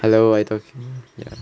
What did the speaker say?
hello I talking ya